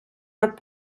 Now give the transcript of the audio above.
над